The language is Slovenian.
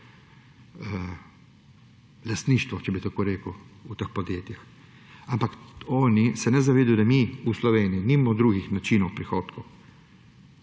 lastništvo, če bi tako rekel, v teh podjetjih. Ampak oni se ne zavedajo, da mi v Sloveniji nimamo drugih načinov prihodkov.